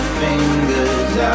fingers